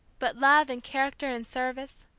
but love and character and service,